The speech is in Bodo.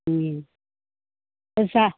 फैसा